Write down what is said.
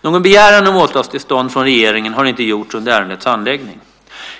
Någon begäran om åtalstillstånd från regeringen har inte gjorts under ärendets handläggning.